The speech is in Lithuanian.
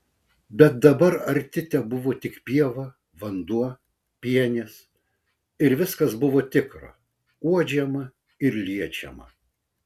bet dabar arti tebuvo tik pieva vanduo pienės ir viskas buvo tikra uodžiama ir liečiama